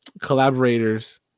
collaborators